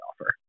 offer